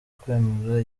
kwemera